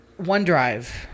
OneDrive